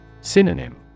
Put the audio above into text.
Synonym